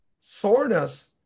soreness